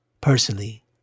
personally